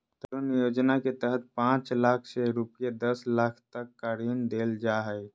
तरुण योजना के तहत पांच लाख से रूपये दस लाख तक का ऋण देल जा हइ